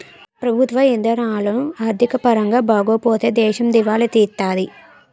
ప్రభుత్వ ఇధానాలు ఆర్థిక పరంగా బాగోపోతే దేశం దివాలా తీత్తాది